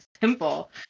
simple